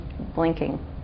blinking